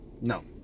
No